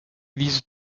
these